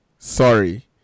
Sorry